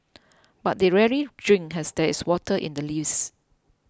but they rarely drink as there is water in the leaves